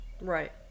Right